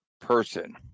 person